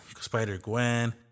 Spider-Gwen